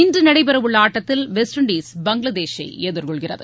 இன்று நடைபெறவுள்ள ஆட்டத்தில் வெஸ்ட் இண்டிஸ் பங்ளாதேஷை எதிர்கொள்கிறது